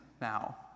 now